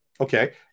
Okay